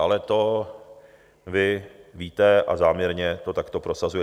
Ale to vy víte a záměrně to takto prosazujete.